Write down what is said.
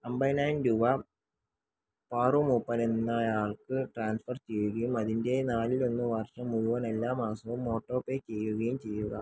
അമ്പതിനായിരം രൂപ പാറു മൂപ്പൻ എന്നയാൾക്ക് ട്രാൻസ്ഫർ ചെയ്യുകയും അതിൻ്റെ നാലിലൊന്ന് വർഷം മുഴുവൻ എല്ലാ മാസവും ഓട്ടോ പേ ചെയ്യുകയും ചെയ്യുക